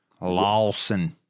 lawson